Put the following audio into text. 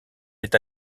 est